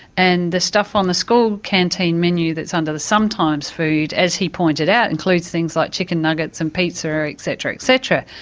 and the stuff on the school canteen menu that's under the sometimes food, as he pointed out, includes things like chicken nuggets and pizza, et like cetera, et cetera,